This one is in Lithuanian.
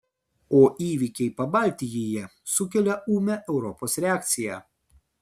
o įvykiai pabaltijyje sukelia ūmią europos reakciją